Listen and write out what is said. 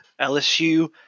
LSU